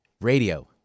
Radio